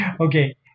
okay